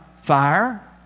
fire